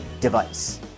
device